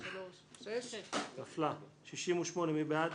67 מי בעד,